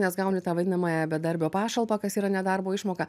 nes gauni tą vadinamąją bedarbio pašalpą kas yra nedarbo išmoka